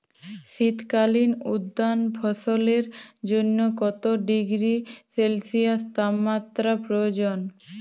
শীত কালীন উদ্যান ফসলের জন্য কত ডিগ্রী সেলসিয়াস তাপমাত্রা প্রয়োজন?